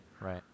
Right